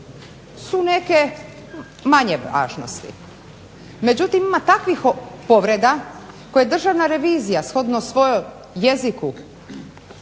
su neke manje važnosti, međutim ima takvih povreda koje Državna revizija shodno svojem jeziku